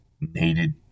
needed